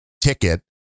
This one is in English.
ticket